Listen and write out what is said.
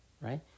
right